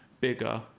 bigger